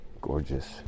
gorgeous